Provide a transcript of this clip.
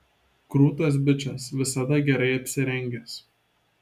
krūtas bičas visada gerai apsirengęs